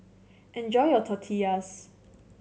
enjoy your Tortillas